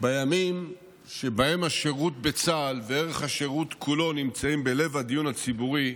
בימים שבהם השירות בצה"ל וערך השירות כולו נמצאים בלב הדיון הציבורי,